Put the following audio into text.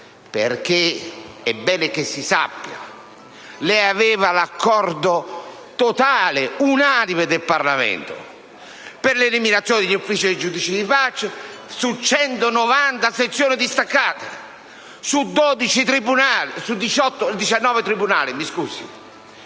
(è bene che si sappia), lei aveva l'accordo totale, unanime del Parlamento per l'eliminazione degli uffici dei giudici di pace su 190 sezioni distaccate, su 19 tribunali.